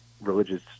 religious